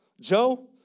Joe